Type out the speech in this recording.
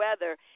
weather